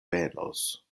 venos